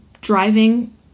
driving